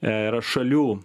e yra šalių